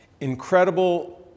Incredible